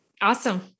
Awesome